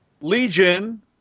Legion